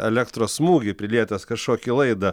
elektros smūgį prilietęs kažkokį laidą